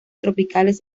tropicales